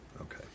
Okay